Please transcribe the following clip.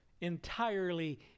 entirely